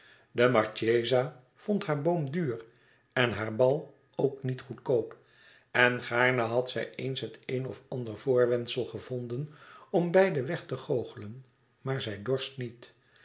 de marchesa vond haar boom duur en haar bal ook niet e goedkoop en gaarne had zij eens het een of ander voorwendsel gevonden om beiden weg te goochelen maar zij dorst niet